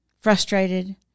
frustrated